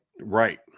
Right